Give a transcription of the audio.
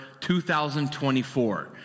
2024